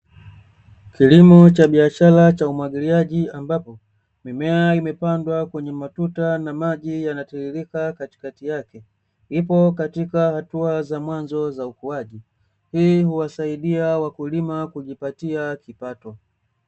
Kilimo cha biashara cha umwagiliaji, ambapo mimea imepandwa kwenye matuta na maji yana tiririka katikati yake. Ipo katika hatua za mwanzo za ukuaji, hii huwasaidia wakulima kujipatia kipato.